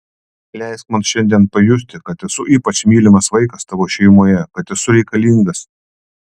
leisk man šiandien pajusti kad esu ypač mylimas vaikas tavo šeimoje kad esu reikalingas